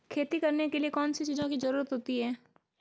खेती करने के लिए कौनसी चीज़ों की ज़रूरत होती हैं?